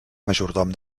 majordom